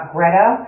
Greta